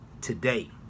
today